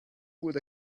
would